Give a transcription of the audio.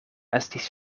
estis